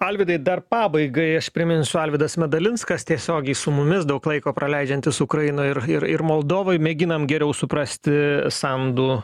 alvydai dar pabaigai aš priminsiu alvydas medalinskas tiesiogiai su mumis daug laiko praleidžiantis ukrainoj ir ir ir moldovoj mėginam geriau suprasti sandu